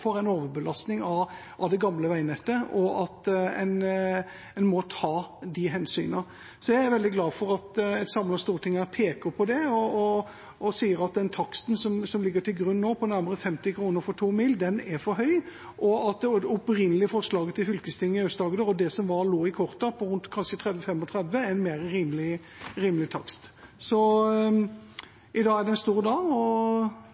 at et samlet storting peker på det og sier at den taksten som ligger til grunn nå, på nærmere 50 kr for 2 mil, er for høy, og at det opprinnelige forslaget til fylkestinget i Aust-Agder, som lå i kortene, på kanskje 30–35 kr, er en mer rimelig takst. I dag